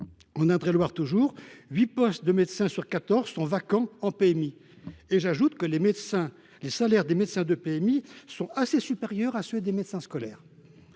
En Indre et Loire toujours, huit postes de médecins sur quatorze sont vacants. J’ajoute que les salaires des médecins de PMI sont pourtant assez supérieurs à ceux des médecins scolaires.